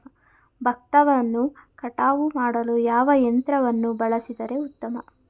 ಭತ್ತವನ್ನು ಕಟಾವು ಮಾಡಲು ಯಾವ ಯಂತ್ರವನ್ನು ಬಳಸಿದರೆ ಉತ್ತಮ?